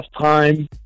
time